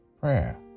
prayer